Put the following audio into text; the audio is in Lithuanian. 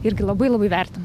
irgi labai labai vertinu